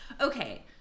Okay